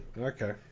Okay